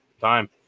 time